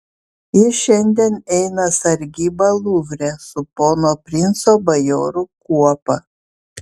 jis šiandien eina sargybą luvre su pono princo bajorų kuopa